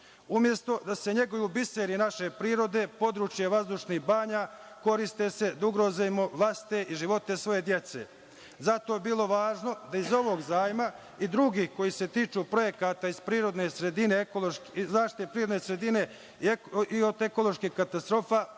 Umesto da se neguju biseri naše prirode, područja vazdušnih banja koriste se da ugrozimo vlastite i živote svoje dece. Zato bi bilo važno da iz ovog zajma, i drugih koji se tiču projekata iz zaštite prirodne sredine i od ekoloških katastrofa,